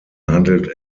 handelt